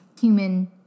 human